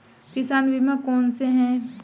किसान बीमा कौनसे हैं?